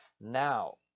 Now